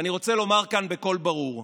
ואני רוצה לומר כאן בקול ברור,